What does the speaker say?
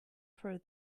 for